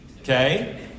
okay